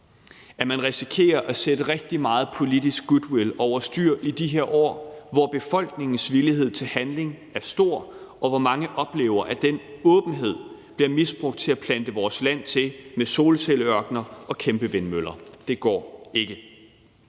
at man risikerer at sætte rigtig meget politisk goodwill over styr i de her år, hvor befolkningens villighed til handling er stor, og hvor mange oplever, at den åbenhed bliver misbrugt til at plante vores land til med solcelleørkener og kæmpevindmøller. Det går ikke.